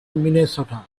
minnesota